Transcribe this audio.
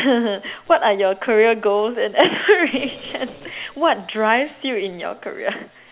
what are your career goals and aspirations what drives you in your career